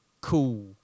cool